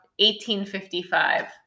1855